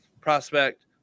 prospect